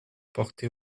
porté